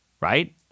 right